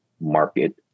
market